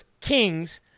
Kings